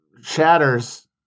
shatters